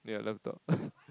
yeah laptop